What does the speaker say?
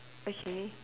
okay